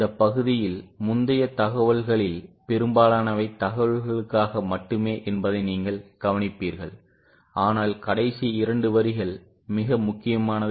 இந்த பகுதியில் முந்தைய தகவல்களில் பெரும்பாலானவை தகவல்களுக்காக மட்டுமே என்பதை நீங்கள் கவனிப்பீர்கள் ஆனால் கடைசி இரண்டு வரிகள் மிக முக்கியமானவை